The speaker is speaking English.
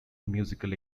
musical